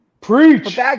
Preach